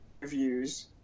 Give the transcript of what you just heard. reviews